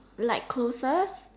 like cruises